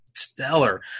stellar